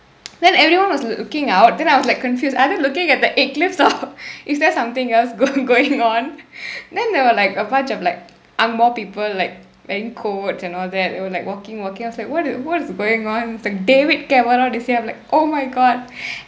then everyone was looking out then I was like confused are they looking at the eclipse or is there something else going going on then there were like a bunch of like ang moh people like ben codes and all that they were like walking walking I was like what is what is going on it's like david cameron is here I'm like oh my god